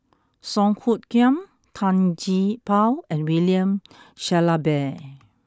Song Hoot Kiam Tan Gee Paw and William Shellabear